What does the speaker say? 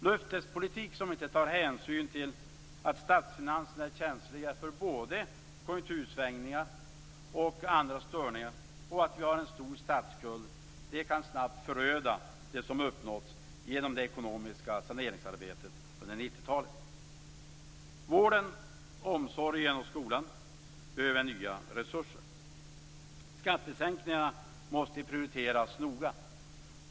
Löftespolitik som inte tar hänsyn till att statsfinanserna är känsliga för både konjunktursvängningar och andra störningar och för att vi har en stor statsskuld kan snabbt föröda det som uppnåtts genom det ekonomiska saneringsarbetet under 1990-talet. Vården, omsorgen och skolan behöver nya resurser. Skattesänkningarna måste prioriteras noga.